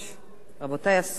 רבותי השרים,